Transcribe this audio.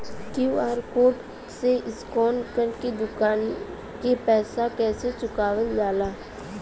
QR code से scan कर के दुकान के पैसा कैसे चुकावल जाला?